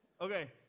okay